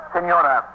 Señora